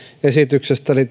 esityksestä eli